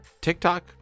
TikTok